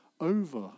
over